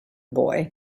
boy